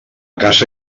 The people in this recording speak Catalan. caça